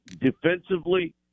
Defensively